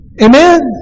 Amen